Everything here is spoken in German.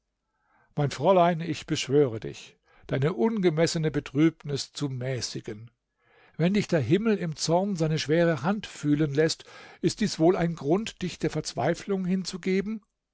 mein fräulein ich beschwöre dich deine ungemessene betrübnis zu mäßigen wenn dich der himmel im zorn seine schwere hand fühlen läßt ist dies wohl ein grund dich der verzweiflung hinzugeben